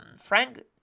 Frank